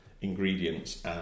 ingredients